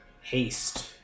haste